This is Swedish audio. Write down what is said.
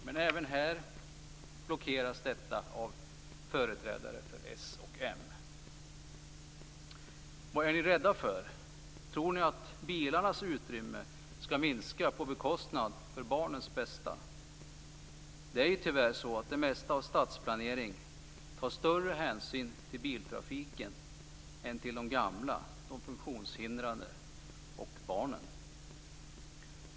Men även detta blockeras av företrädare för s och m. Vad är ni rädda för? Tror ni att bilarnas utrymme skall minska om barnens bästa lyfts fram? Det är ju tyvärr så att stadsplaneringen för det mesta tar större hänsyn till biltrafiken än till de gamla, de funktionshindrade och barnen.